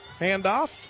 handoff